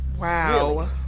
Wow